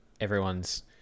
Everyone's